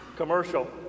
commercial